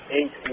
eight